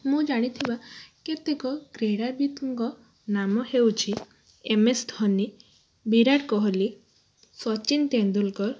ମୁଁ ଜାଣିଥିବା କେତେକ କ୍ରୀଡ଼ାବିତ୍ଙ୍କର ନାମ ହେଉଛି ଏମ୍ଏସ୍ ଧୋନି ବିରାଟ କୋହଲି ସଚିନ ତେନ୍ଦୁଲକର